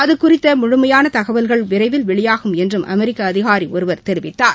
அதுகுறித்த முழுமையான தகவல்கள் விரைவில் வெளியாகும் என்றும் அமெரிக்க அதிகாரி ஒருவர் தெரிவித்தார்